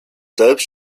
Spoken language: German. selbst